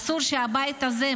אסור שהבית הזה,